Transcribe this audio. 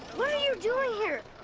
what are you doing here?